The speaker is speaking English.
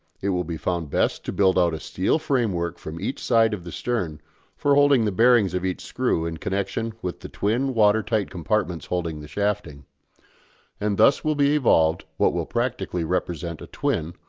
it will be found best to build out a steel framework from each side of the stern for holding the bearings of each screw in connection with the twin water-tight compartments holding the shafting and thus will be evolved what will practically represent a twin,